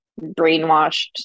brainwashed